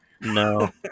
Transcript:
No